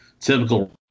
typical